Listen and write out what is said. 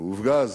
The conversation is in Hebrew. הוא הופגז.